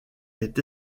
est